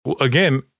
Again